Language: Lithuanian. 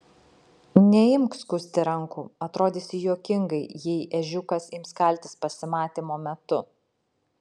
neimk skusti rankų atrodysi juokingai jei ežiukas ims kaltis pasimatymo metu